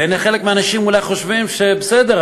שחלק מהאנשים אולי חושבים עליו: בסדר,